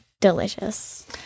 delicious